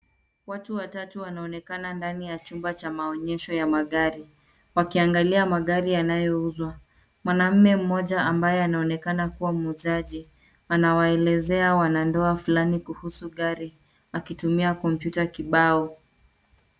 Watu watatu wanaonekana ndani ya chumba cha maonyesho ya magari. Wakiangalia magari yanayouzwa. Mwanaume mmoja ambaye anaonekana kuwa muuzaji, anawaelezea wanandoa fulani kuhusu gari, akitumia kompyuta kibao.